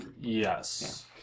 Yes